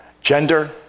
gender